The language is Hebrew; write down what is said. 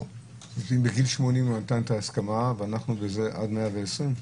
אדם בגיל 80 נתן את ההסכמה, ואנחנו בזה עד 120?